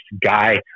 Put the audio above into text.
guy